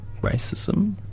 racism